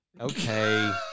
Okay